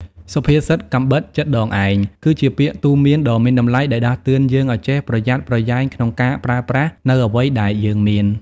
សុភាសិត «កាំបិតចិតដងឯង» គឺជាពាក្យទូន្មានដ៏មានតម្លៃដែលដាស់តឿនយើងឲ្យចេះប្រយ័ត្នប្រយែងក្នុងការប្រើប្រាស់នូវអ្វីដែលយើងមាន។